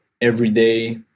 everyday